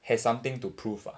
has something to prove ah